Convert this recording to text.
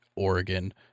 Oregon